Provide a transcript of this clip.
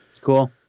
Cool